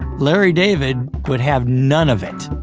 larry david would have none of it.